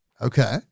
Okay